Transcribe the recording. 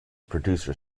producer